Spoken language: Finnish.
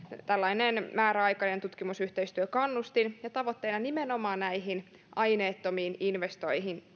tällainen määräaikainen tutkimusyhteistyökannustin tavoitteena nimenomaan on koettaa kannustaa näihin aineettomiin investointeihin